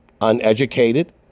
uneducated